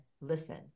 listen